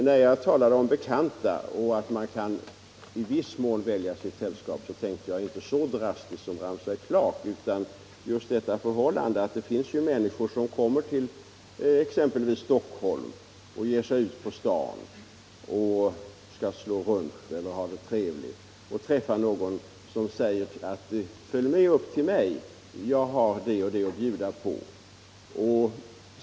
När jag talade om bekanta och att man i viss mån kan välja sitt sällskap tänkte jag inte så drastiskt som Ramsey Clark utan just på förhållandet att det finns människor som kommer till exempelvis Stockholm och ger sig ut på stan för att slå runt eller ha det trevligt. De kanske träffar någon som säger: Följ med upp till mig, jag har något att bjuda på.